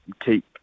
keep